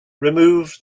removed